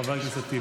חבר הכנסת טיבי.